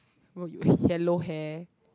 w~ yellow hair